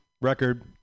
record